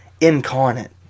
incarnate